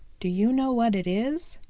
do you know what it is?